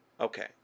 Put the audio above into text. Okay